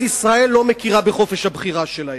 ישראל לא מכירה בחופש הבחירה שלהם.